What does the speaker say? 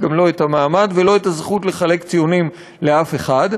גם לא המעמד ולא הזכות לחלק ציונים לאף אחד,